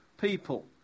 people